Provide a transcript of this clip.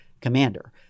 commander